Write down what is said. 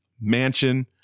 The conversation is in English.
Mansion